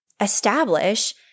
establish